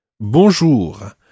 Bonjour